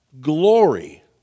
glory